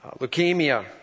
leukemia